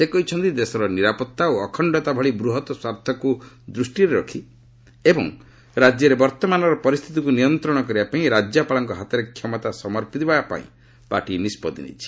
ସେ କହିଛନ୍ତି ଦେଶର ନିରାପତ୍ତା ଓ ଅଖଣ୍ଡତା ଭଳି ବୃହତ୍ ସ୍ୱାର୍ଥକୁ ଦୃଷ୍ଟିରେ ରଖି ଏବଂ ରାଜ୍ୟରେ ବର୍ତ୍ତମାନର ପରିସ୍ଥିତିକୁ ନିୟନ୍ତ୍ରଣ କରିବାପାଇଁ ରାଜ୍ୟପାଳଙ୍କ ହାତରେ କ୍ଷମତା ସମର୍ପିବାପାଇଁ ପାର୍ଟି ନିଷ୍କଭି ନେଇଛି